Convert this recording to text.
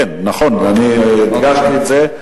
כן, נכון, אני הדגשתי את זה.